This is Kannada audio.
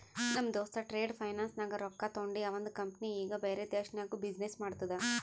ನಮ್ ದೋಸ್ತ ಟ್ರೇಡ್ ಫೈನಾನ್ಸ್ ನಾಗ್ ರೊಕ್ಕಾ ತೊಂಡಿ ಅವಂದ ಕಂಪನಿ ಈಗ ಬ್ಯಾರೆ ದೇಶನಾಗ್ನು ಬಿಸಿನ್ನೆಸ್ ಮಾಡ್ತುದ